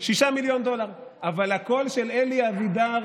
6 מיליון דולר, אבל הקול של אלי אבידר